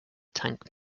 tank